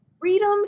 freedom